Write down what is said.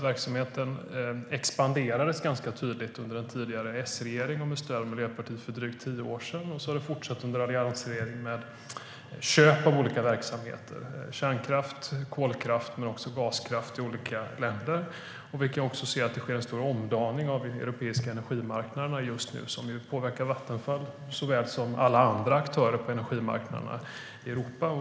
Verksamheten expanderades ganska tydligt under den tidigare S-regeringen med stöd av Miljöpartiet för drygt tio år sedan, och så har det fortsatt under alliansregeringen med köp av olika verksamheter - kärnkraft, kolkraft men också gaskraft - i olika länder. Vi kan också se att det sker en stor omdaning av de europeiska energimarknaderna just nu som påverkar Vattenfall såväl som alla andra aktörer på energimarknaderna i Europa.